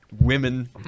women